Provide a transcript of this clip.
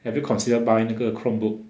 have you considered buy 那个 chromebook